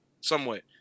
somewhat